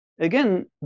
Again